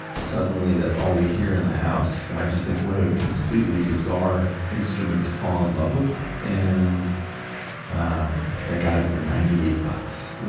suddenly, that's all we hear in the house. and i just think, what a completely bizarre instrument to fall in love with. and i think i got it for ninety eight dollars. ooh,